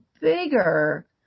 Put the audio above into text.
bigger